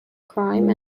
crime